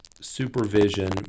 supervision